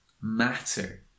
matter